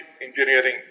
engineering